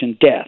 death